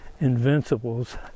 invincibles